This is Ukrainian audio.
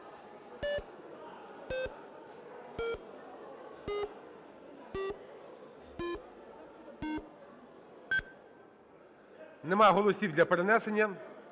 Нема голосів для перенесення.